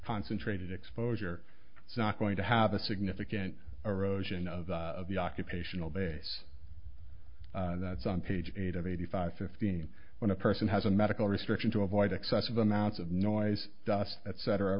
concentrated exposure is not going to have a significant erosion of the of the occupational base that's on page eight of eighty five fifteen when a person has a medical restriction to avoid excessive amounts of noise dust etc